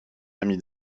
l’ami